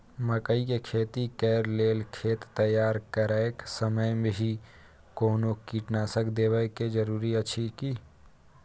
मकई के खेती कैर लेल खेत तैयार करैक समय मे भी कोनो कीटनासक देबै के जरूरी अछि की?